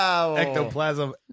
Ectoplasm